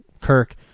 Kirk